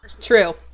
true